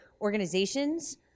organizations